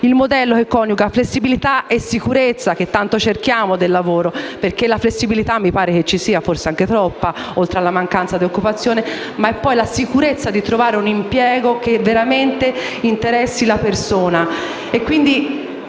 il modello che coniuga flessibilità e sicurezza per il lavoratore (perché di flessibilità mi pare che ve ne sia anche troppa, oltre alla mancanza di occupazione) con la sicurezza di trovare un impiego che veramente interessi la persona.